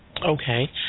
Okay